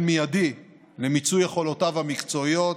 מיידי למיצוי יכולותיו המקצועיות,